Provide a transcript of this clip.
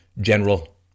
General